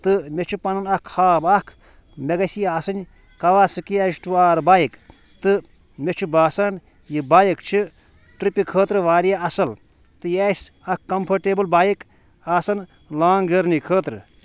تہٕ مےٚ چھُ پَنُن اَکھ خواب اَکھ مےٚ گژھہِ ہا آسٕنۍ Kawasaki H two R bike تہٕ مےٚ چھُ باسان یہِ بایِک چھِ ٹرٛپہِ خٲطرٕ واریاہ اصٕل تہٕ یہِ آسہِ اَکھ کَمفٲرٹیبٕل بایِک آسان لانٛگ جٔرنی خٲطرٕ